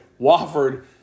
Wofford